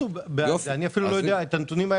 אני אפילו לא יודע את הנתונים.